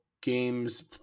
games